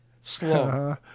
slow